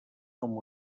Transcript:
com